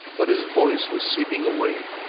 but his voice was seeping away.